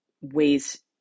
ways